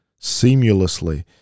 seamlessly